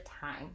time